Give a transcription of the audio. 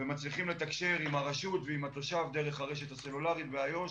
ומצליחים לתקשר עם הרשות ועם התושב דרך הרשת הסלולרית באיו"ש.